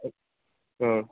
ओं